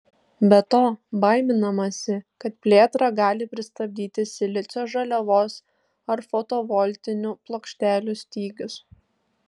be to baiminamasi kad plėtrą gali pristabdyti silicio žaliavos ar fotovoltinių plokštelių stygius